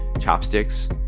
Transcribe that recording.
chopsticks